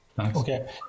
Okay